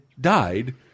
died